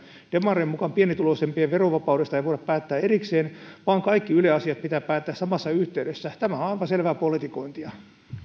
demarien mukaan pienituloisimpien verovapaudesta ei voida päättää erikseen vaan kaikki yle asiat pitää päättää samassa yhteydessä tämä on aivan selvää politikointia